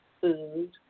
food